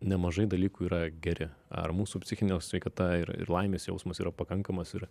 nemažai dalykų yra geri ar mūsų psichinė sveikata ir ir laimės jausmas yra pakankamas ir